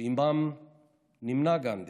שעימם נמנה גנדי.